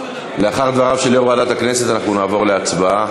לאחר דבריו של יושב-ראש ועדת הכנסת אנחנו נעבור להצבעה.